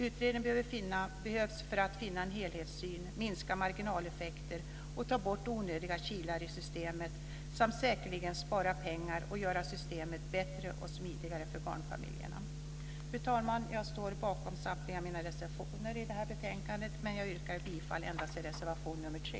Utredningen behövs för att finna en helhetssyn, minska marginaleffekter och ta bort onödiga kilar i systemet samt säkerligen spara pengar och göra systemet bättre och smidigare för barnfamiljerna. Fru talman! Jag står bakom samtliga mina reservationer i det här betänkandet, men jag yrkar bifall endast till reservation nr 3.